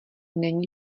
není